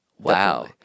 Wow